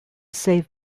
save